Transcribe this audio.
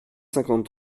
cinquante